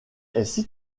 les